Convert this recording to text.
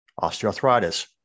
osteoarthritis